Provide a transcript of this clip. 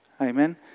Amen